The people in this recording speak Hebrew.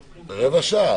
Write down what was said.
שופכים --- רבע שעה,